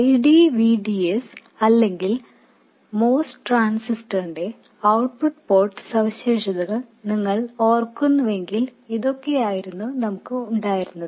IDVDS അല്ലെങ്കിൽ MOS ട്രാൻസിസ്റ്ററിന്റെ output port characteristics നിങ്ങൾ ഓർക്കുന്നുവെങ്കിൽ ഇതൊക്കെയായിരുന്നു നമുക്ക് ഉണ്ടായിരുന്നത്